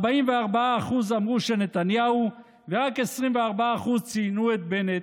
44% אמרו שנתניהו ורק 24% ציינו את בנט,